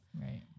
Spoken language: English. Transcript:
right